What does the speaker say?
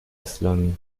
اسلامی